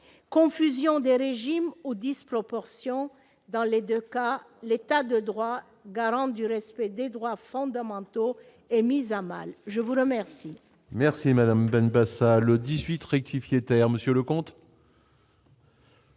confusion des régimes aux disproportion dans les 2 cas, l'état de droit, garante du respect des droits fondamentaux et mise à mal, je vous remercie. Merci madame Van passa le 18 rectifier terre Monsieur le comte.